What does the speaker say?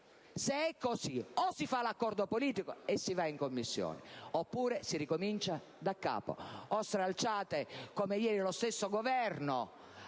Se è così, o si fa l'accordo politico e si va in Commissione, oppure si ricomincia daccapo; o stralciate (come ieri lo stesso Governo